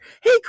Hey